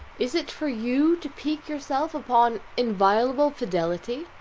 is it for you to pique yourself upon inviolable fidelity?